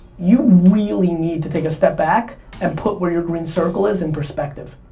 you really need to take a step back and put where your green circle is in perspective.